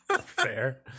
Fair